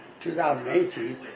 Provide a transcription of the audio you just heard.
2018